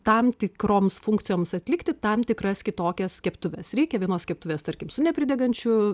tam tikroms funkcijoms atlikti tam tikras kitokias keptuves reikia vienos keptuvės tarkim su nepridegančiu